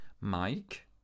Mike